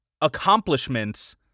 accomplishments